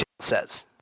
says